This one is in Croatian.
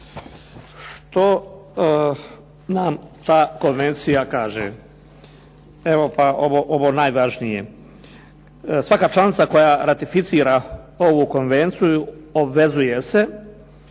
Što nam ta konvencija kaže? Evo pa ovo najvažnije. Svaka članica koja ratificira ovu konvenciju obvezuje se